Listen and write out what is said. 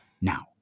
Now